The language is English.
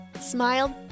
smiled